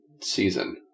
season